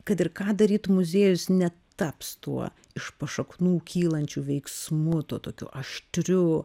kad ir ką darytų muziejus netaps tuo iš pašaknų kylančiu veiksmu tuo tokiu aštriu